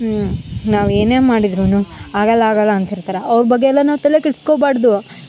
ನಾವು ಏನೇ ಮಾಡಿದರೂನು ಆಗಲ್ಲ ಆಗಲ್ಲ ಅಂತಿರ್ತಾರೆ ಅವ್ರ ಬಗ್ಗೆ ಎಲ್ಲ ನಾವು ತಲೆ ಕೆಡಿಸ್ಕೊಬಾಡ್ದು